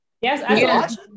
Yes